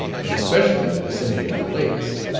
and especially in the vicinity of the lakes.